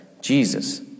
Jesus